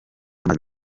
amazi